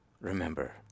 remember